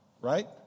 right